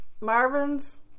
Marvin's